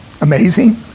amazing